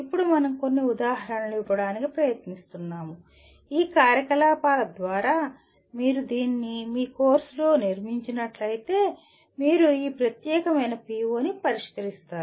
ఇప్పుడు మనం కొన్ని ఉదాహరణలు ఇవ్వడానికి ప్రయత్నిస్తున్నాము ఈ కార్యకలాపాల ద్వారా మీరు దీన్ని మీ కోర్సులో నిర్మించినట్లయితే మీరు ఈ ప్రత్యేకమైన PO ని పరిష్కరిస్తారు